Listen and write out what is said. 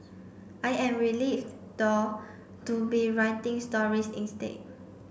i am relieved though to be writing stories instead